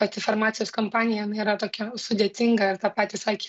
pati farmacijos kompanija jinai yra tokia sudėtinga ir tą patį sakė